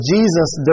Jesus